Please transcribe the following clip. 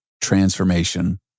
transformation